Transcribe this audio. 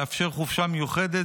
לאפשר חופשה מיוחדת.